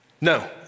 No